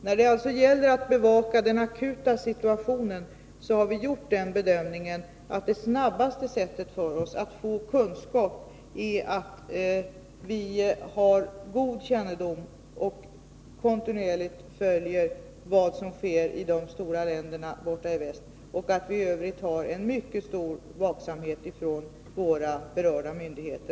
När det gäller att bevaka den akuta situationen har vi gjort den bedömningen att det snabbaste sättet för oss att få kunskap är att ha god kännedom om och kontinuerligt följa vad som sker i de stora länderna borta i väst. I övrigt krävs en mycket stor vaksamhet från berörda myndigheter.